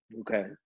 Okay